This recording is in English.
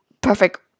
perfect